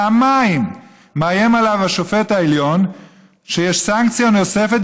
פעמיים מאיים עליו השופט העליון ש"יש סנקציה נוספת,